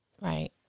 Right